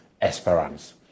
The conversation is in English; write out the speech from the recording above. Esperance